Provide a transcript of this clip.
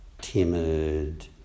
timid